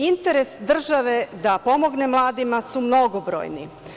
Interes države da pomogne mladima su mnogobrojni.